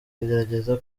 gerageza